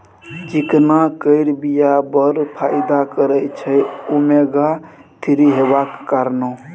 चिकना केर बीया बड़ फाइदा करय छै ओमेगा थ्री हेबाक कारणेँ